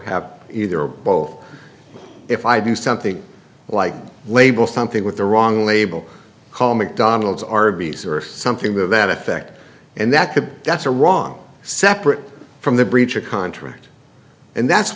have either or both if i do something like label something with the wrong label call mcdonald's arby's or something to that effect and that could that's a wrong separate from the breach of contract and that's